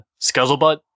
Scuzzlebutt